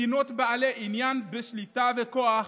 מדינות בעלות עניין בשליטה וכוח,